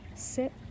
Sit